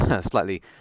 slightly